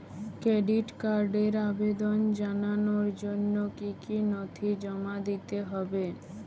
Credit কার্ডের আবেদন জানানোর জন্য কী কী নথি জমা দিতে হবে?